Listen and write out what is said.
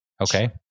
Okay